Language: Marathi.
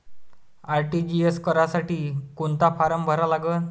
आर.टी.जी.एस करासाठी कोंता फारम भरा लागन?